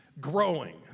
growing